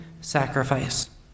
sacrifice